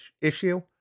issue